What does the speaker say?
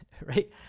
right